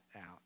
out